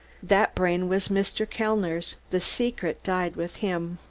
that brain was mr. kellner's the secret died with him!